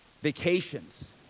vacations